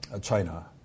China